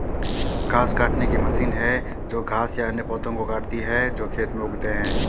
घास काटने की मशीन है जो घास या अन्य पौधों को काटती है जो खेत में उगते हैं